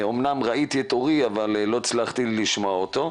אמנם ראיתי את אורי אבל לא הצלחתי לשמוע אותו.